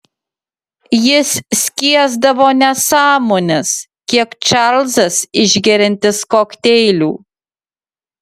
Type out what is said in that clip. jis skiesdavo nesąmones kiek čarlzas išgeriantis kokteilių